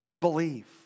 Believe